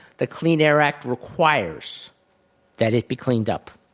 the clean air act requires that it be cleaned up,